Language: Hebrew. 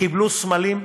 קיבלו סמלים,